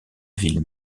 ville